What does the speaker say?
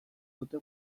dute